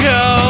go